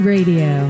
Radio